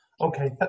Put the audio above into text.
Okay